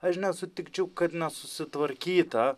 aš nesutikčiau kad nesusitvarkyta